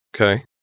Okay